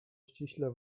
ściśle